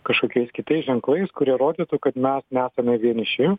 kažkokiais kitais ženklais kurie rodytų kad mes nesame vieniši